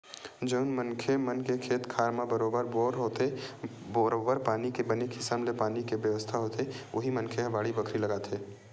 जउन मनखे मन के खेत खार म बरोबर बोर होथे बरोबर पानी के बने किसम ले पानी के बेवस्था होथे उही मनखे ह बाड़ी बखरी लगाथे